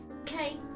Okay